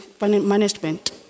management